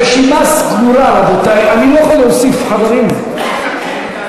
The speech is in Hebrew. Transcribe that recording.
אתה יכול להוסיף אותי לרשימה?